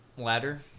ladder